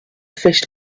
fished